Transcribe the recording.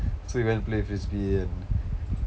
so we went to play frisbee and